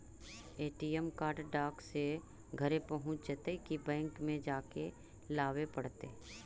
ATM card डाक से घरे पहुँच जईतै कि बैंक में जाके लाबे पड़तै?